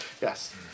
Yes